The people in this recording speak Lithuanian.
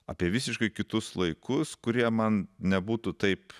apie visiškai kitus laikus kurie man nebūtų taip